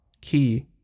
key